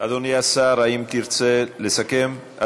אדוני השר, האם תרצה לסכם?